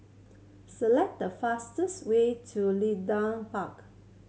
select the fastest way to Leedon Park